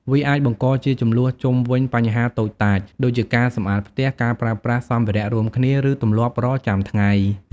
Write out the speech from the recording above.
វាអាចបង្កជាជម្លោះជុំវិញបញ្ហាតូចតាច ដូចជាការសម្អាតផ្ទះ ការប្រើប្រាស់សម្ភារៈរួមគ្នា ឬទម្លាប់ប្រចាំថ្ងៃ។